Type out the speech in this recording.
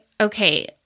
okay